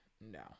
no